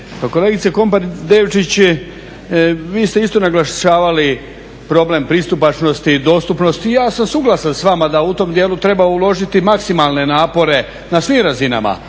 Kolegice Komparić Devčić vi ste isto naglašavali problem pristupačnosti i dostupnosti i ja sam suglasan s vama da u tom dijelu treba uložiti maksimalne napore na svim razinama,